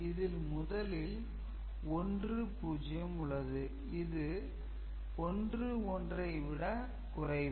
D d x q r இதில் முதலில் 1 0 உள்ளது இது 1 1 ஐ விட குறைவு